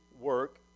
work